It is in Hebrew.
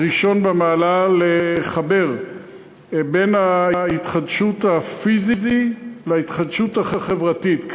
ראשון במעלה לחבר בין ההתחדשות הפיזית להתחדשות החברתית,